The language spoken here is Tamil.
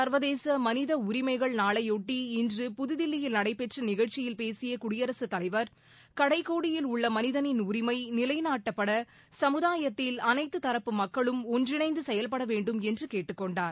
சர்வதேச மனித உரிமைகள் நாளைபொட்டி இன்று புதுதில்லியில் நடைபெற்ற நிகழ்ச்சியில் பேசிய குடியரகத் தலைவர் கடைக்கோடியில் உள்ள மனிதனின் உரிமை நிலைநாட்டப்பட சமுதாயத்தில் அனைத்து தரப்பு மக்களும் ஒன்றிணைந்து செயல்பட வேண்டும் என்று கேட்டுக்கொண்டார்